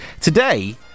today